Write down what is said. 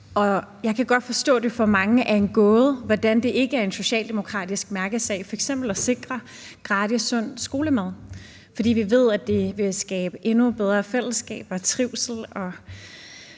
ud. Jeg kan godt forstå, det for mange er en gåde, hvordan det ikke er en socialdemokratisk mærkesag f.eks. at sikre gratis sund skolemad, for vi ved, at det vil skabe endnu bedre fællesskaber, trivsel og